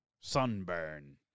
sunburn